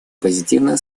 позитивно